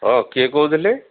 ହଁ କିଏ କହୁଥିଲେ